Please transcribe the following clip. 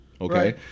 okay